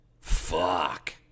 Fuck